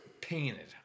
Painted